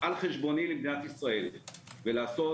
על חשבוני למדינת ישראל ולעשות